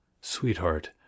Sweetheart